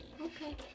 Okay